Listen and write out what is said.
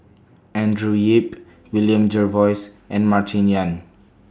Andrew Yip William Jervois and Martin Yan